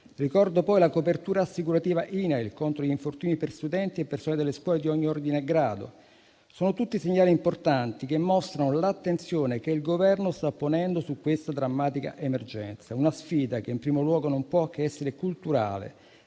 Ricordo poi la copertura assicurativa INAIL contro gli infortuni per studenti e personale delle scuole di ogni ordine e grado. Sono tutti segnali importanti che mostrano l'attenzione che il Governo sta ponendo su questa drammatica emergenza; una sfida che, in primo luogo, non può che essere culturale,